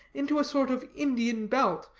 into a sort of indian belt,